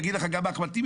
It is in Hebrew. יגיד לך גם אחמד טיבי,